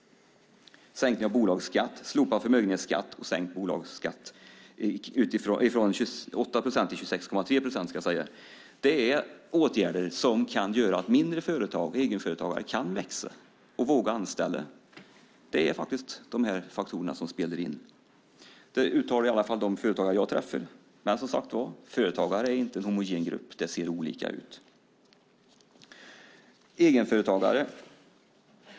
Vidare handlar det om sänkt bolagsskatt, slopad förmögenhetsskatt och en sänkning av bolagsskatten, från 28 procent till 26,3 procent. Dessa åtgärder kan göra att mindre företag kan växa och att egenföretagare vågar anställa. Här spelar nämnda faktorer in. Det uttalar i alla fall de företagare jag träffar. Men företagare är, som sagt, inte en homogen grupp, utan det ser olika ut. Herr talman!